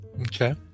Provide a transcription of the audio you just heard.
Okay